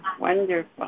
wonderful